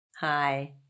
Hi